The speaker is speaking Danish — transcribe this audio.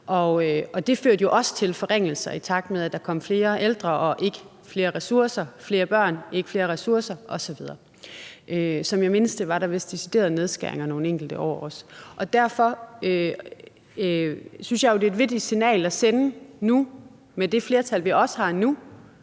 det førte jo også til forringelser, i takt med at der kom flere ældre, men ikke flere ressourcer, og flere børn, men ikke flere ressourcer osv. Som jeg mindes det, var der vist også deciderede nedskæringer nogle enkelte år. Derfor synes jeg, at det er et vigtigt signal at sende med det flertal, vi har nu,